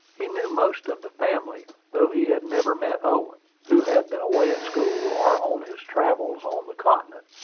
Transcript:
he knew most of the family, though he had never met owen, who had been away at school, or on his travels on the continent,